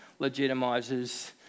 legitimizes